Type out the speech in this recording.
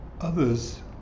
others